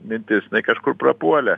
mintis kažkur prapuolė